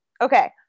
Okay